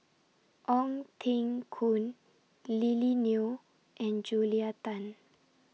Ong Teng Koon Lily Neo and Julia Tan